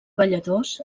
balladors